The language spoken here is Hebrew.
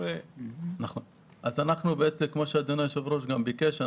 כפי שאדוני היושב-ראש ביקש,